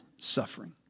suffering